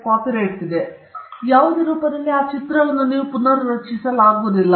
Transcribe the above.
ಆದ್ದರಿಂದ ನೀವು ಯಾವುದೇ ರೂಪದಲ್ಲಿ ಆ ಚಿತ್ರವನ್ನು ರಚಿಸಲಾಗುವುದಿಲ್ಲ